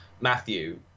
Matthew